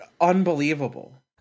unbelievable